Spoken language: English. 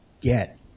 get